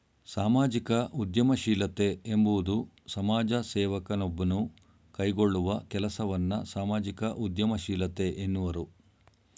ಸಾಮಾಜಿಕ ಉದ್ಯಮಶೀಲತೆ ಎಂಬುವುದು ಸಮಾಜ ಸೇವಕ ನೊಬ್ಬನು ಕೈಗೊಳ್ಳುವ ಕೆಲಸವನ್ನ ಸಾಮಾಜಿಕ ಉದ್ಯಮಶೀಲತೆ ಎನ್ನುವರು